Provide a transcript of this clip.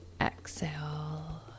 exhale